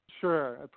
Sure